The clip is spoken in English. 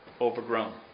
overgrown